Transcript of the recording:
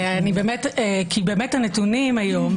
כי באמת הנתונים היום,